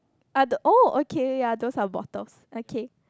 are the oh okay ya those are bottles okay